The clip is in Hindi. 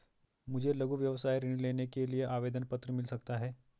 मुझे लघु व्यवसाय ऋण लेने के लिए आवेदन पत्र मिल सकता है?